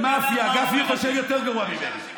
גפני חושב יותר גרוע מזה.